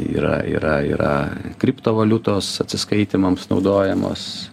yra yra yra kriptovaliutos atsiskaitymams naudojamos